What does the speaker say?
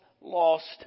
lost